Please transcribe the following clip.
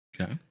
okay